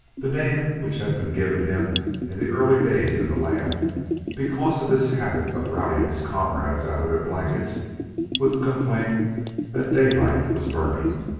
the name which had been given him in the early days in the land because of his habit of routing his comrades out of their blankets with the complaint that daylight was burning.